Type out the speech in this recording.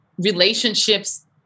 relationships